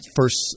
first